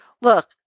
look